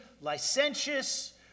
licentious